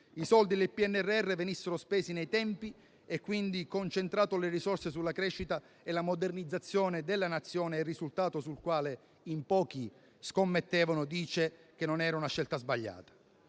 i soldi del PNRR venissero spesi nei tempi e quindi abbiamo concentrato le risorse sulla crescita e sulla modernizzazione della Nazione. Il risultato, sul quale in pochi scommettevano, dice che non era una scelta sbagliata.